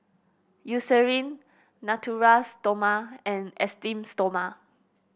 Eucerin Natura Stoma and Esteem Stoma